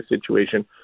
situation